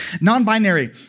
Non-binary